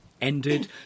ended